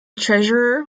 treasurer